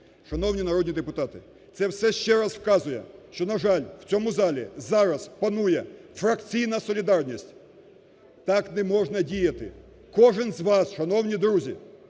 Шановні народні депутати, це все ще раз вказує, що, на жаль, у цьому залі зараз панує фракційна солідарність. Так не можна діяти, кожний з вас шановні друзі,